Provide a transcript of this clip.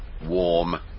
warm